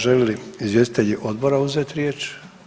Želi li izvjestitelji odbora uzeti riječ?